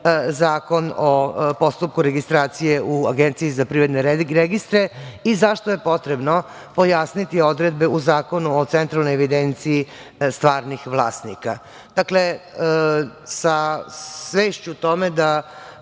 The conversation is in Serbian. Zakon o postupku registracije u Agenciji za privredne registre, i zašto je potrebno pojasniti odredbe u Zakonu o centralnoj evidenciji stvarnih vlasnika. Dakle, sa svešću tome da